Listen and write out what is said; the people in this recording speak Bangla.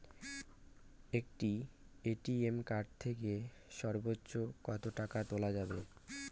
একটি এ.টি.এম কার্ড থেকে সর্বোচ্চ কত টাকা তোলা যাবে?